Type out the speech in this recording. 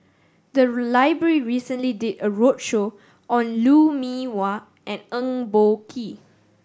the library recently did a roadshow on Lou Mee Wah and Eng Boh Kee